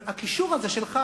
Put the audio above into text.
הקישור הזה שלך